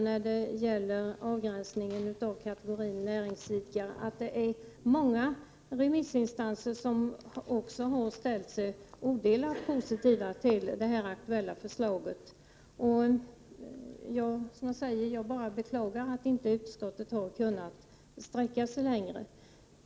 När det gäller avgränsningen av kategorin näringsidkare vill jag också säga att det är många remissinstanser som har ställt sig odelat positiva till det aktuella förslaget. Jag beklagar bara att utskottet inte har kunnat sträcka sig längre.